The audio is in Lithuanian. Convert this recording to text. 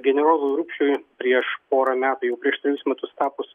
generolui rupšiui prieš porą metų jau prieš trejus metus tapus